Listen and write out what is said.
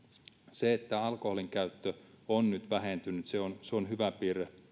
se että alkoholin käyttö on nyt vähentynyt nuorten keskuudessa on hyvä piirre